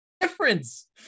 difference